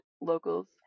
locals